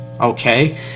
okay